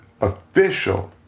official